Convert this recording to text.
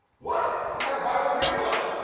what! that's like buy, one get one.